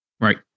Right